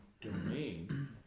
domain